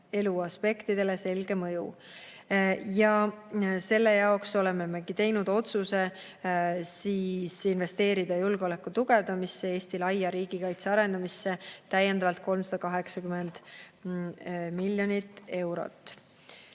aspektidele selge mõju. Selle jaoks olemegi teinud otsuse investeerida julgeoleku tugevdamisse, Eesti laia[pindse] riigikaitse arendamisse täiendavalt 380 miljonit eurot.